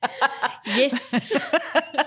Yes